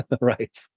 Right